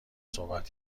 صحبت